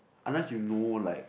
unless you know like